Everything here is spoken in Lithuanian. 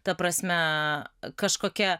ta prasme kažkokia